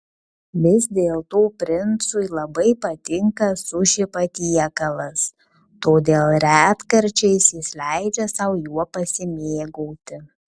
vis dėlto princui labai patinka suši patiekalas todėl retkarčiais jis leidžia sau juo pasimėgauti